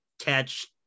catch